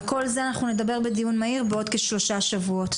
על כל זה אנחנו נדבר בדיון מהיר בעוד כשלושה שבועות.